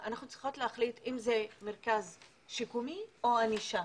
אם זה מרכז שיקומי או ענישה.